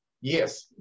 Yes